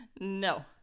No